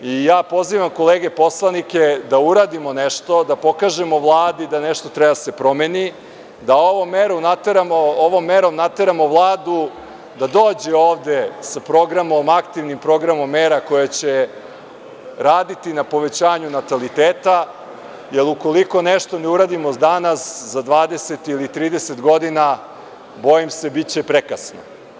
I ja pozivam kolege poslanike da uradimo nešto da pokažemo Vladi da nešto treba da se promeni, da ovom merom nateramo Vladu da dođe ovde sa programom aktivnim programom mera koje će raditi na povećanju nataliteta, jer ukoliko nešto ne uradimo danas za 20 ili 30 godina, bojim se biće prekasno.